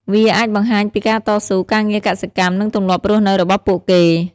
វាអាចបង្ហាញពីការតស៊ូ ការងារកសិកម្ម និងទម្លាប់រស់នៅរបស់ពួកគេ។